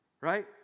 Right